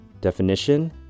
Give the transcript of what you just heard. definition